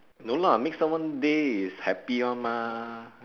no lah make someone day is happy [one] mah